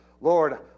Lord